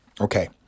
Okay